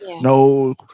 no